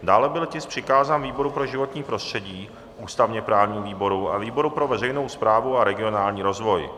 Dále byl tisk přikázán výboru pro životní prostředí, ústavněprávnímu výboru a výboru pro veřejnou správu a regionální rozvoj.